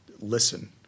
listen